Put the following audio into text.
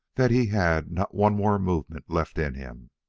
that he had not one more movement left in him,